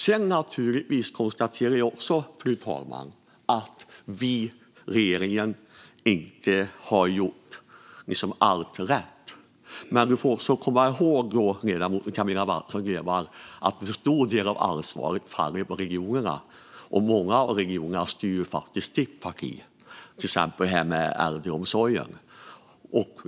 Sedan konstaterar jag naturligtvis också, fru talman, att vi, regeringen, inte har gjort allt rätt. Men ledamoten Camilla Waltersson Grönvall får också komma ihåg att en stor del av ansvaret faller på regionerna, och i många av regionerna styr faktiskt ledamotens parti, till exempel när det gäller det här med äldreomsorgen.